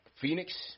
phoenix